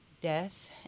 death